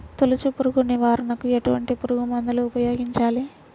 తొలుచు పురుగు నివారణకు ఎటువంటి పురుగుమందులు ఉపయోగించాలి?